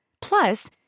Plus